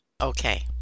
okay